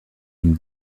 une